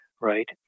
right